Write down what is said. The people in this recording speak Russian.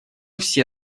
все